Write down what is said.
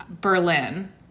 Berlin-